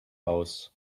aus